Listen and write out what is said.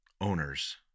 owners